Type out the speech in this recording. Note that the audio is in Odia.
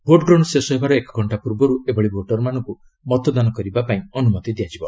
ଭୋଟଗ୍ରହଣ ଶେଷ ହେବାର ଏକ ଘଣ୍ଟା ପୂର୍ବରୁ ଏଭଳି ଭୋଟରମାନଙ୍କୁ ମତଦାନ କରିବା ପାଇଁ ଅନୁମତି ମିଳିବ